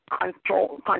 control